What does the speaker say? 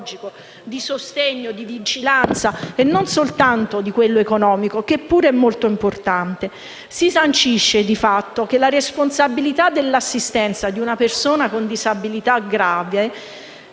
di sostegno e di vigilanza e non è soltanto di tipo economico, che pure è molto importante. Si sancisce di fatto che la responsabilità dell'assistenza di una persona con disabilità grave